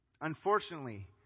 Unfortunately